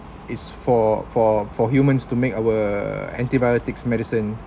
it's for for for humans to make our antibiotics medicine